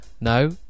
No